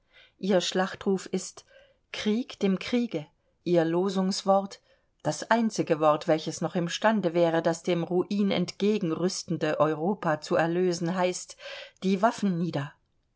ihr schlachtruf ist krieg dem kriege ihr losungswort das einzige wort welches noch im stande wäre das dem ruin entgegenrüstende europa zu erlösen heißt die waffen nieder